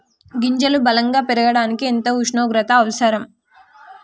గింజలు బలం గా పెరగడానికి ఎంత ఉష్ణోగ్రత అవసరం?